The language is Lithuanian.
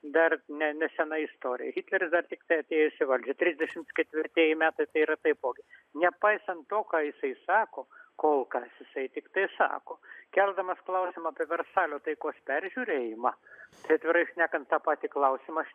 dar ne nesena istorija hitleris dar tiktai atėjęs į valdžią trisdešimt ketvirtieji metai tai yra taipogi nepaisant to ką jisai sako kol kas jisai tiktai sako keldamas klausimą apie versalio taikos peržiūrėjimą tai atvirai šnekant tą patį klausimą